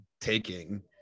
taking